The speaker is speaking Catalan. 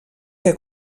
que